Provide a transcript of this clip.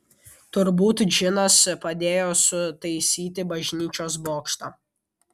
turbūt džinas padėjo sutaisyti bažnyčios bokštą